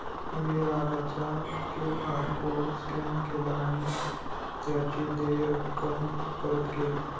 मी राजाचा QR code scan केला आणि त्याची देय रक्कम परत केली